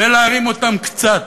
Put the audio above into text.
ולהרים אותם קצת.